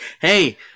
Hey